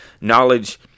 knowledge